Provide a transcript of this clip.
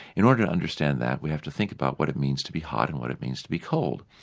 in order to understand that we have to think about what it means to be hot and what it means to be cold.